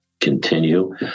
continue